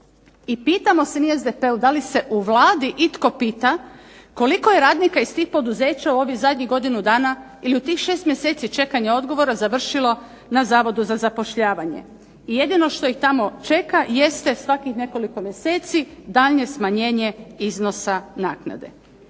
I pitamo se mi u SDP-u da li se u Vladi itko pita koliko je radnika iz tih poduzeća u ovih zadnjih godinu dana i u tih 6 mjeseci čekanja odgovora završilo na Zavodu za zapošljavanje? I jedino što ih tamo čeka jeste svakih nekoliko mjeseci daljnje smanjivanje iznosa naknade.